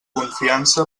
confiança